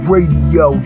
Radio